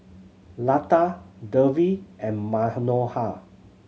Lata Devi and Manohar